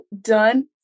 done